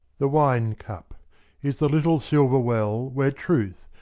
the wine-cup is the little silver well where truth,